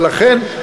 ולכן,